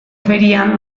ferian